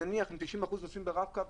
שנניח אם 90% נוסעים ברב-קו,